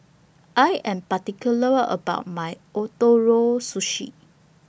I Am particular about My Ootoro Sushi